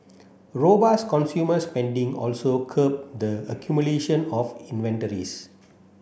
robust consumer spending also curbed the accumulation of inventories